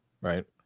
right